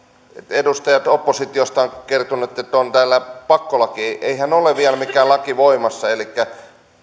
edustajat oppositiosta ovat kertoneet että täällä on pakkolaki eihän ole vielä mikään laki voimassa elikkä